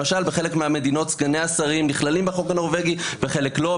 למשל בחלק מהמדינות סגני השרים נכללים בחוק הנורבגי ובחלק לא.